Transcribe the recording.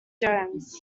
jones